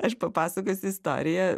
aš papasakosiu istoriją